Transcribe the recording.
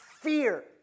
fear